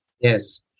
yes